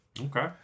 Okay